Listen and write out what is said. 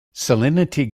salinity